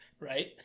right